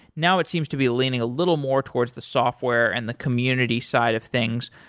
now it seems to be leaning a little more towards the software and the community side of things,